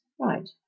Right